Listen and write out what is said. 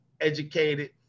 educated